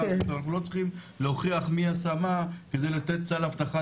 אנחנו לא צריכים להוכיח מי עשה מה כדי לתת סל אבטחה